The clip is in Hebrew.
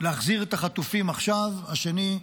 להחזיר את החטופים עכשיו והשני,